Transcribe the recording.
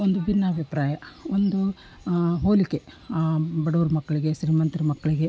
ಒಂದು ಭಿನ್ನಾಭಿಪ್ರಾಯ ಒಂದು ಹೋಲಿಕೆ ಬಡವರ ಮಕ್ಕಳಿಗೆ ಶ್ರೀಮಂತ್ರ ಮಕ್ಕಳಿಗೆ